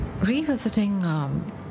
Revisiting